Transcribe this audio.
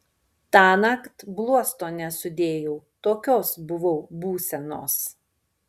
tąnakt bluosto nesudėjau tokios buvau būsenos